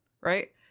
right